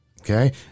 Okay